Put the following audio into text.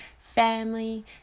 family